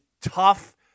tough